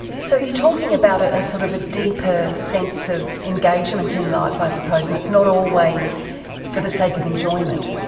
so you're talking about a sort of a deeper sense of engagement in life i suppose and it's not always for the sake of enjoyment.